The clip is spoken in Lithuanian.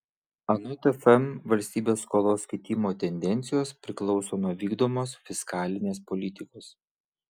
anot fm valstybės skolos kitimo tendencijos priklauso nuo vykdomos fiskalinės politikos